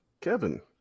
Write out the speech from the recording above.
Kevin